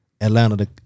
atlanta